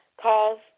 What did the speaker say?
calls